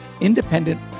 independent